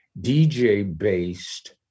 DJ-based